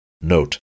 Note